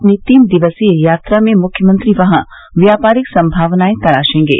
अपनी तीन दिवसीय यात्रा में मुख्यमंत्री वहां व्यापारिक संभावनाए तलाशेंगे